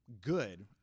good